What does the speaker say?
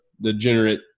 degenerate